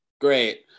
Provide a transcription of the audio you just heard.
great